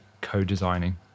co-designing